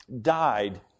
died